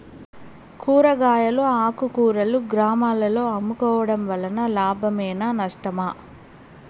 కూరగాయలు ఆకుకూరలు గ్రామాలలో అమ్ముకోవడం వలన లాభమేనా నష్టమా?